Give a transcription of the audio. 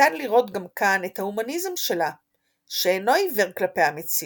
ניתן לראות גם כאן את ההומניזם שלה שאינו עיוור כלפי המציאות,